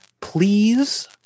please